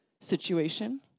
situation